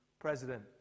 President